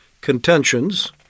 contentions